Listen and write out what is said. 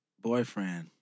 boyfriend